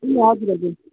हजुर हजुर